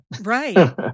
Right